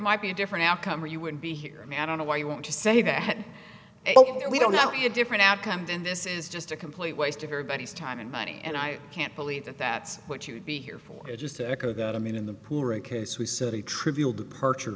might be a different outcome or you would be here i mean i don't know why you want to say that we don't know we have different outcomes and this is just a complete waste of everybody's time and money and i can't believe that that is what you would be here for i just i mean in the poor a case we saw a trivial departure